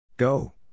Go